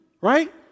right